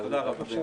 תודה רבה.